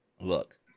look